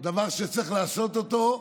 דבר שצריך לעשות אותו.